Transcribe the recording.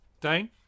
Dane